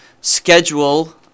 schedule